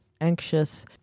anxious